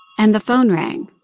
and the phone rang,